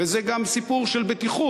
וזה גם סיפור של בטיחות,